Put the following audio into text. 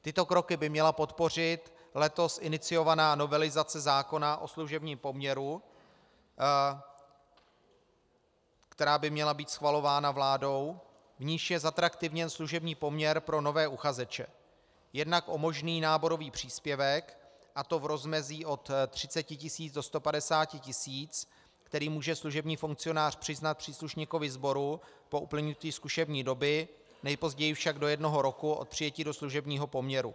Tyto kroky by měla podpořit letos iniciovaná novelizace zákona o služebním poměru, která by měla být schvalována vládou, v níž je zatraktivněn služební poměr pro nové uchazeče jednak o možný náborový příspěvek, a to v rozmezí od 30 tisíc do 150 tisíc, který může služební funkcionář přiznat příslušníkovi sboru po uplynutí zkušební doby, nejpozději však do jednoho roku od přijetí do služebního poměru.